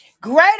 greater